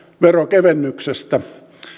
veronkevennyksestä